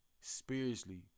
spiritually